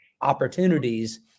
opportunities